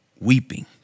weeping